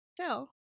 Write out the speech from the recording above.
Phil